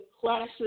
classes